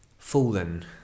Fallen